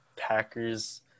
Packers